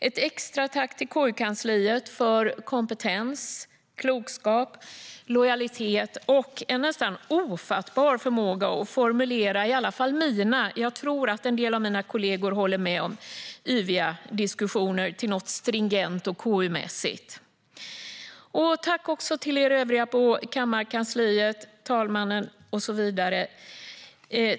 Ett extra tack vill jag rikta till KU-kansliet för kompetens, klokskap, lojalitet och en nästan ofattbar förmåga att formulera i alla fall mina, tror jag att en del av mina kollegor håller med om, yviga diskussioner till något stringent och KU-mässigt. Jag vill också säga tack till övriga på kammarkansliet, till talmannen och så vidare.